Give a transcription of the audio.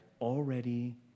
already